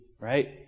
Right